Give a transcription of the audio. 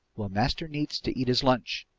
well, master needs to eat his lunch!